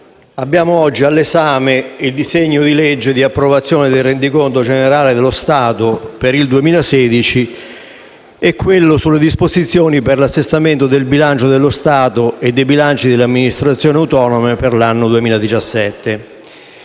abbiamo oggi al nostro esame il disegno di legge di approvazione del rendiconto generale dello Stato per il 2016 e il disegno di legge relativo alle disposizioni per l'assestamento del bilancio dello Stato e dei bilanci delle amministrazioni autonome per l'anno 2017.